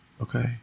okay